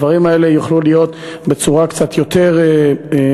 הדברים האלה יוכלו להיות בצורה קצת יותר מודרגת.